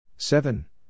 Seven